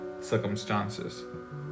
circumstances